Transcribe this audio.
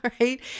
right